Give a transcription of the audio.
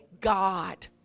God